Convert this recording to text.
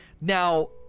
Now